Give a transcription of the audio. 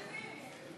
משנות ה-70.